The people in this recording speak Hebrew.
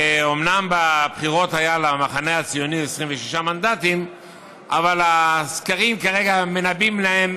אומנם בבחירות היו למחנה הציוני 26 מנדטים אבל הסקרים כרגע מנבאים להם